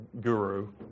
guru